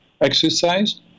exercise